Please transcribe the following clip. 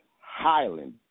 Highland